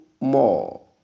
more